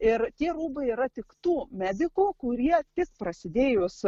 ir tie rūbai yra tik tų medikų kurie tik prasidėjus